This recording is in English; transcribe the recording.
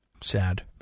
Sad